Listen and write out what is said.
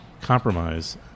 compromise